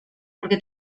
porque